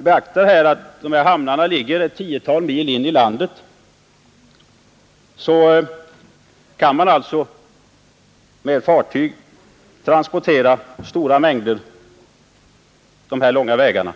Dessa hamnar ligger tiotals mil in i landet, men man kan med fartyg transportera stora mängder gods dessa långa vägar.